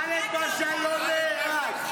ח'אלד משעל לא נהרג.